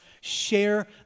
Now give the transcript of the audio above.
share